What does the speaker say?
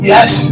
Yes